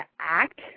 act